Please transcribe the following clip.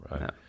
right